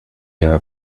her